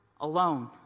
alone